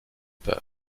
peur